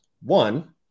One